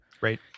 right